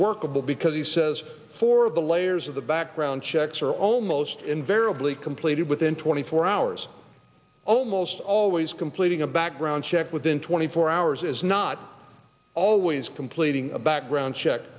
workable because he says four of the layers of the background checks are almost invariably completed within twenty four hours almost always completing a background check within twenty four hours is not always completing a background check